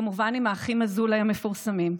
כמובן עם האחים אזולאי המפורסמים,